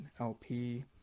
LP